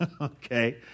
Okay